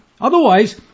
Otherwise